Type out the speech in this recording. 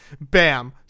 bam